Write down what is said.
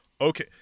okay